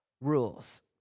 rules